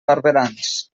barberans